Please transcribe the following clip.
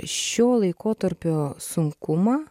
šio laikotarpio sunkumą